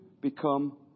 become